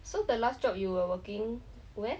so the last job you were working where